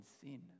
sin